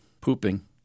pooping